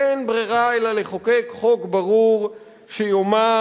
אין ברירה אלא לחוקק חוק ברור שיאמר